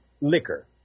liquor